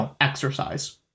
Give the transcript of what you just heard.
exercise